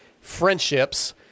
friendships